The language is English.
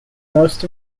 most